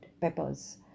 peppers